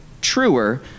truer